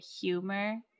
humor